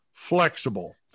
flexible